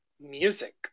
music